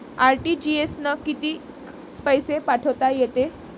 RTGS न कितीक पैसे पाठवता येते?